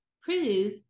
prove